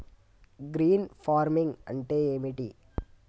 Green farming అంటే ఏమిటి?